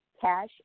cash